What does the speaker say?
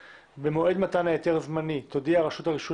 במועד מתן ההיתר הזמני תודיע רשות הרישוי